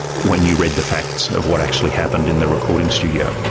when you read the facts of what actually happened in the recording studio.